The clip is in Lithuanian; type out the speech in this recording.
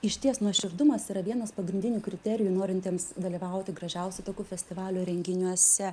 išties nuoširdumas yra vienas pagrindinių kriterijų norintiems dalyvauti gražiausiu taku festivalio renginiuose